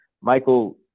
Michael